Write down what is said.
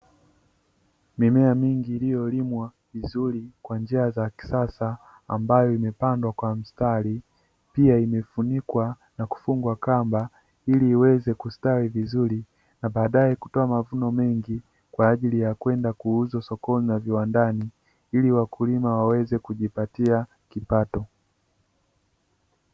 Mimea mingi iliyo limwa vizuri kwa njia za kisasa, ambayo imepandwa kwa mstari pia imefunikwa na kufungwa kamba ili iweze kustawi vizuri, na badae kutoa mavuno mengi kwaajili ya kwenda kuuzwa sokoni na viwandani ili wakulima wameze kujipatia kipato.